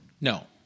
No